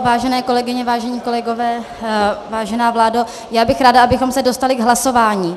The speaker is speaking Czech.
Vážené kolegyně, vážení kolegové, vážená vládo, já bych ráda, abychom se dostali k hlasování.